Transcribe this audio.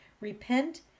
repent